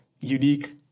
Unique